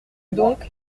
donc